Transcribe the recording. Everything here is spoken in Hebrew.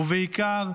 ובעיקר,